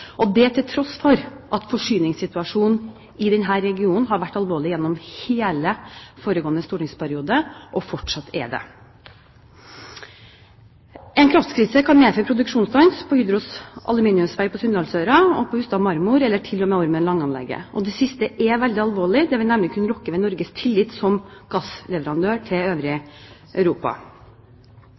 og det til tross for at forsyningssituasjonen i denne regionen har vært alvorlig gjennom hele foregående stortingsperiode, og fortsatt er det. En kraftkrise kan medføre produksjonsstans på Hydros aluminiumsverk på Sunndalsøra og på Hustadmarmor og til og med på Ormen Lange-anlegget. Det siste er veldig alvorlig. Det vil nemlig rokke ved Norges tillit som gassleverandør til det øvrige Europa.